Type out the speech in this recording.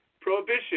prohibition